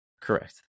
Correct